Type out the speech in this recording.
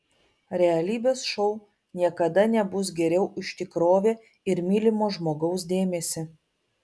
realybės šou niekada nebus geriau už tikrovę ir mylimo žmogaus dėmesį